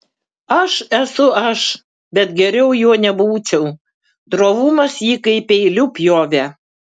aš esu aš bet geriau juo nebūčiau drovumas jį kaip peiliu pjovė